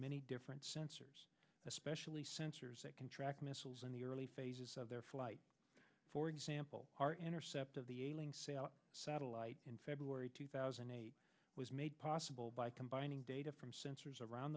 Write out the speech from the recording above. many different sensors especially sensors that can track missiles in the early phases of their flight for example our intercept of the satellite in february two thousand and eight was made possible by combining data from sensors around